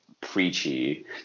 preachy